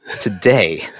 Today